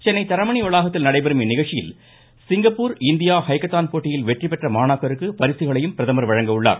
சென்னை தரமணி வளாகத்தில் நடைபெறும் இந்நிகழ்ச்சியில் சிங்கப்பூர் இந்தியா ஹைக்கத்தான் போட்டியில் வெற்றிபெற்ற மாணாக்கருக்கு பரிசுகளையும் பிரதமர் வழங்க உள்ளார்